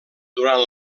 durant